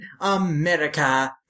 America